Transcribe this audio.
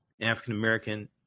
African-American